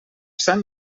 sant